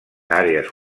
àrees